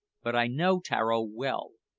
but i know tararo well.